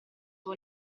tua